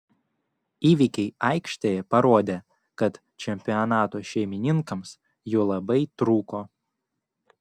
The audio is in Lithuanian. įvykiai aikštėje parodė kad čempionato šeimininkams jų labai trūko